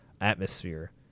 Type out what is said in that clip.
atmosphere